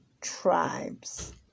tribes